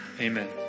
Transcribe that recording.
Amen